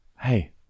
Hey